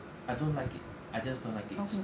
I don't like it I just don't like it